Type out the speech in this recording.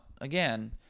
again